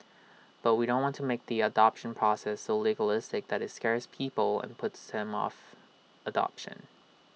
but we don't want to make the adoption process so legalistic that IT scares people and puts them off adoption